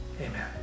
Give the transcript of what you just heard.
amen